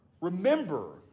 Remember